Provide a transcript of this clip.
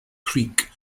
creek